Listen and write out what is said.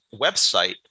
website